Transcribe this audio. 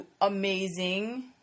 amazing